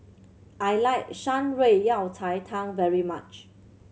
I like Shan Rui Yao Cai Tang very much